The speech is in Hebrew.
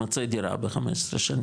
אני מניח שהייתי מוצא דירה ב-15 שנים,